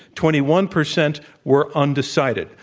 twenty one percent were undecided.